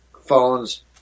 phones